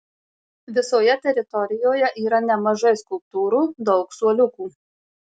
visoje teritorijoje yra nemažai skulptūrų daug suoliukų